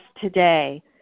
today